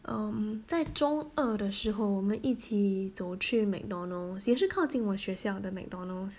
um 在中二的时候我们一起走去 McDonald's 也是靠近我学校的 McDonald's